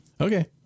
Okay